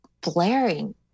blaring